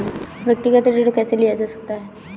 व्यक्तिगत ऋण कैसे लिया जा सकता है?